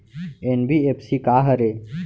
NBFC का हरे?